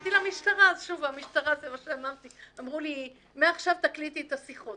הלכתי למשטרה ושוב אמרו לי שמעכשיו אקליט את השיחה.